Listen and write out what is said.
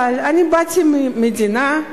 אבל אני באתי ממדינה,